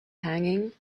hanging